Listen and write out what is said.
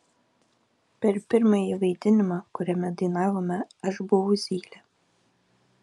per pirmąjį vaidinimą kuriame dainavome aš buvau zylė